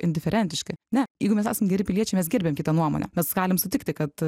indiferentiški net jeigu mes esam geri piliečiai mes gerbiam kitą nuomonę mes galim sutikti kad